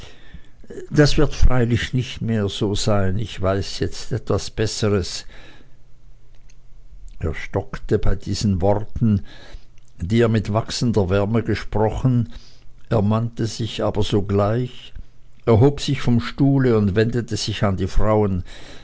das wird freilich nicht mehr so sein ich weiß jetzt etwas besseres er stockte bei diesen worten die er mit wachsender wärme gesprochen ermannte sich aber sogleich erhob sich vom stuhle und wendete sich an die frauen